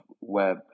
web